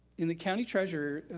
in the county treasurer's